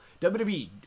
WWE